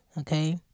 Okay